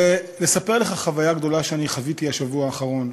ולספר לך על חוויה גדולה שאני חוויתי בשבוע האחרון.